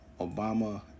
obama